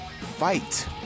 fight